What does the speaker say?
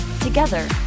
Together